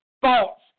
false